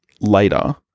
later